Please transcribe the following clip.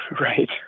Right